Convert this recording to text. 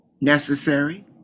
necessary